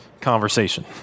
conversation